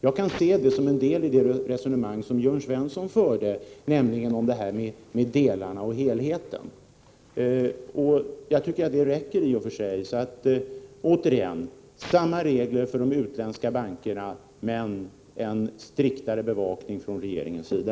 Jag kan se det som en del i det resonemang som Jörn Svensson förde, om delarna och helheten, och det tycker jag räcker. Än en gång: samma regler för de utländska bankerna men en restriktivare hållning från regeringens sida.